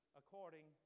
according